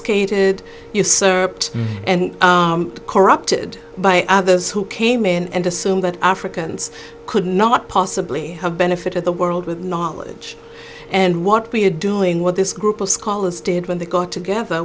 obfuscated and corrupted by others who came in and assume that africans could not possibly have benefited the world with knowledge and what we are doing what this group of scholars did when they got together